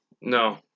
No